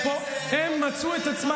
משום שאתה,